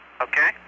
Okay